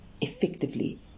effectively